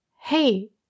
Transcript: Hey